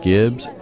Gibbs